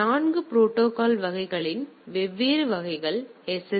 எனவே இவை 4 ப்ரோடோகால்களின் வெவ்வேறு வகைகள் எஸ்